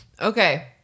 okay